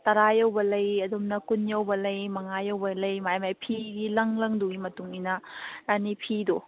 ꯇꯔꯥ ꯌꯧꯕ ꯂꯩ ꯑꯗꯨꯝꯅ ꯀꯨꯟ ꯌꯧꯕ ꯂꯩ ꯃꯉꯥ ꯌꯧꯕ ꯂꯩ ꯃꯥꯏ ꯃꯥꯏ ꯐꯤꯒꯤ ꯂꯪ ꯂꯪꯗꯨꯒꯤ ꯃꯇꯨꯡ ꯏꯟꯅ ꯔꯥꯅꯤ ꯐꯤꯗꯣ